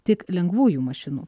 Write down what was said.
tik lengvųjų mašinų